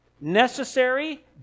necessary